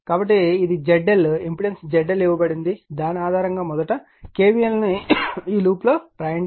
కాబట్టి ఇది ZL impedance ZL ఇవ్వబడింది దాని ఆధారంగా మొదట KVL ను ఈ లూప్లో వ్రాయండి